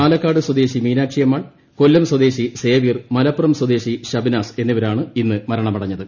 പാലക്കാട് സ്വദേശി മീനാക്ഷിയിമ്മാൾ കൊല്ലം സ്വദേശി സേവ്യർ മലപ്പുറം സ്വദേശി ഷബ്നാസ് ്എന്നിവരാണ് ഇന്ന് മരണമടഞ്ഞത്